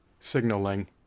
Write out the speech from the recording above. signaling